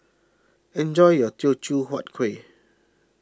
enjoy your Teochew Huat Kueh